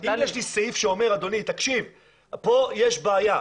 אם יש לי סעיף שאומר שכאן יש בעיה,